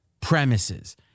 premises